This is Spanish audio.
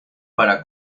para